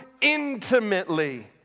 intimately